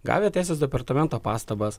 gavę teisės departamento pastabas